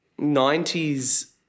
90s